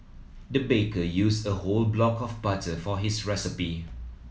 the baker used a whole block of butter for his recipe